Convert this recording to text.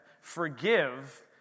Forgive